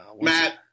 Matt